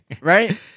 Right